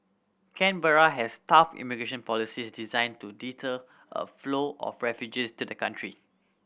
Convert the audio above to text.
Canberra has tough immigration policies designed to deter a flow of refugees to the country